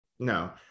No